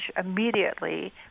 immediately